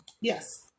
Yes